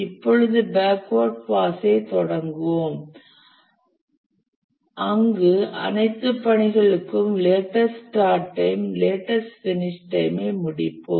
இப்போது பேக்வேர்ட் பாஸைத் தொடங்குவோம் அங்கு அனைத்து பணிகளுக்கும் latest start time latest finish time ஐ முடிப்போம்